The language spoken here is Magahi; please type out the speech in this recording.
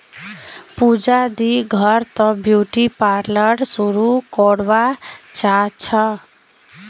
पूजा दी घर त ब्यूटी पार्लर शुरू करवा चाह छ